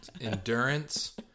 endurance